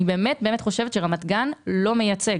אני באמת חושבת שרמת גן לא מייצגת.